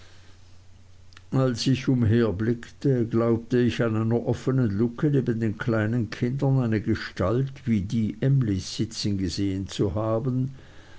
als ich umherblickte glaubte ich an einer offenen luke neben den kleinen kindern eine gestalt wie die emlys sitzen gesehen zu haben